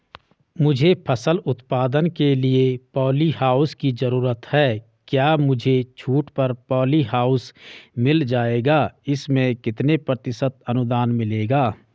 मुझे फसल उत्पादन के लिए प ॉलीहाउस की जरूरत है क्या मुझे छूट पर पॉलीहाउस मिल जाएगा इसमें कितने प्रतिशत अनुदान मिलेगा?